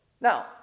Now